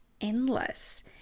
endless